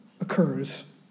occurs